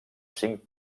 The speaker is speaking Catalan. cinc